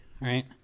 right